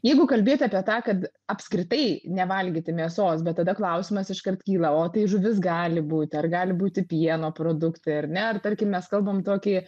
jeigu kalbėt apie tą kad apskritai nevalgyti mėsos bet tada klausimas iškart kyla o tai žuvis gali būti ar gali būti pieno produktai ar ne ar tarkim mes kalbam tokį